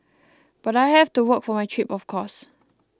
but I had to work for my trip of course